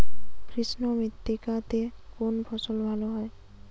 কৃষ্ণ মৃত্তিকা তে কোন ফসল ভালো হয়?